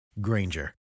Granger